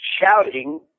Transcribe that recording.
shouting